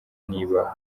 niba